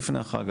לפני החג,